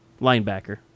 linebacker